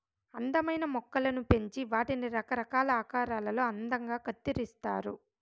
అందమైన మొక్కలను పెంచి వాటిని రకరకాల ఆకారాలలో అందంగా కత్తిరిస్తారు